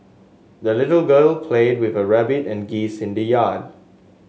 the little girl played with her rabbit and geese in the yard